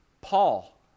Paul